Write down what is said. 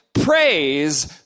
praise